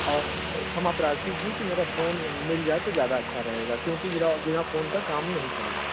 मैं क्षमा प्रार्थी हूँ कि मेरा फ़ोन मिल जाए तो ज़्यादा अच्छा रहेगा क्योंकि बिना फ़ोन के मेरा काम नहीं चल रहा है